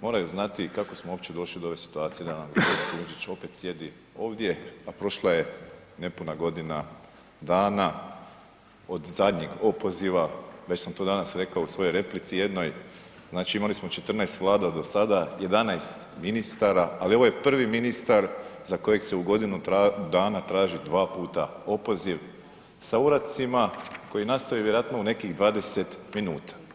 moraju znati kako smo uopće došli do ove situacije da nam ministar Kujundžić opet sjedi ovdje, a prošla je nepuna godina dana od zadnjeg opoziva, već sam to danas rekao u svojoj replici jednoj, znači imali smo 14 Vlada do sada, 11 ministara, ali ovo je prvi ministar za kojeg se u godinu dana traži dva puta opoziv sa uradcima koji nastaju vjerojatno u nekih 20 minuta.